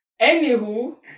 Anywho